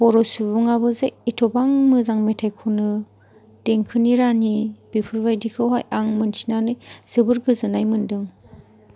बर' सुबुंआबो जे एथ'बां मोजां मेथाइ खनो देंखोनि रानि बेफोरबायदिखौहाय आं मोनथिनानै जोबोर गोजोननाय मोन्दों